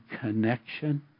connection